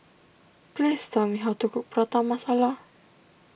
please tell me how to cook Prata Masala